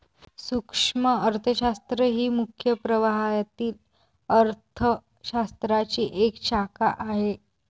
सूक्ष्म अर्थशास्त्र ही मुख्य प्रवाहातील अर्थ शास्त्राची एक शाखा आहे